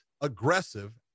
aggressive